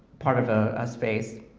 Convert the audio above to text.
part of a space?